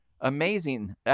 amazing